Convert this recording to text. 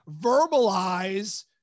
verbalize